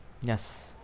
Yes